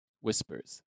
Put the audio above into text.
Whispers